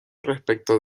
respecto